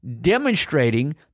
demonstrating